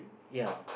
ya